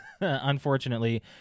unfortunately